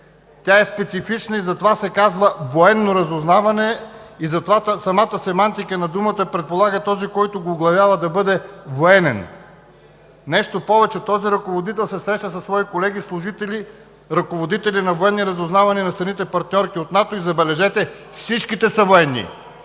Тя е специфична и затова се казва „Военно разузнаване“, затова самата семантика на думата предполага този, който го оглавява, да бъде военен. Нещо повече, този ръководител се среща със свои колеги, служители, ръководители на военни разузнавания на страните партньорки от НАТО и, забележете, всичките са военни.